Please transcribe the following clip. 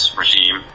regime